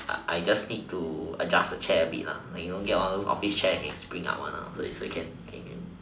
I just need to adjust the chair a bit like you know get all those office chair that can spring up one so you so you can can can